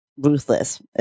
ruthless